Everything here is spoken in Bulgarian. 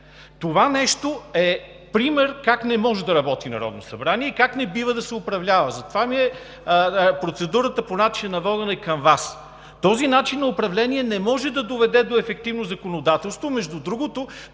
Това нещо е пример как не може да работи Народното събрание и как не бива да се управлява. Затова процедурата ми по начина на водене е към Вас. Този начин на управление не може да доведе до ефективно законодателство. Между другото,